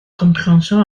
compréhension